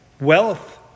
wealth